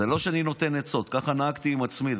זה לא שאני נותן עצות, ככה נהגתי עם עצמי.